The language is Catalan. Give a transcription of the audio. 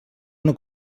una